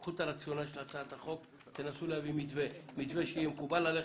קחו את הרציונל של הצעת החוק ותנסו להביא מתווה שיהיה מקובל עליכם,